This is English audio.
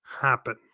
happen